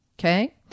Okay